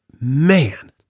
Man